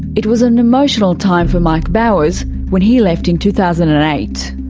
it was an emotional time for mike bowers when he left in two thousand and eight.